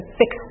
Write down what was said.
fix